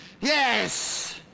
Yes